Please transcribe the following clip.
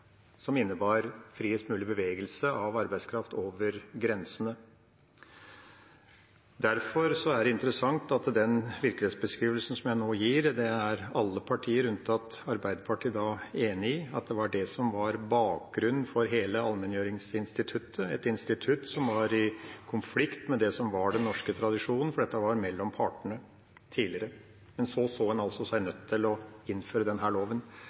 som innebar en friest mulig bevegelse av arbeidskraft over grensene. Derfor er det interessant at den virkelighetsbeskrivelsen som jeg nå gir, er alle partier, unntatt Arbeiderpartiet, enig i, nemlig at det var det som var bakgrunnen for hele allmenngjøringsinstituttet, et institutt som var i konflikt med det som var den norske tradisjonen, for dette var mellom partene tidligere. Men så så en seg altså nødt til å innføre denne loven. Er statsråden enig i den